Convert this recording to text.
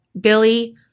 Billy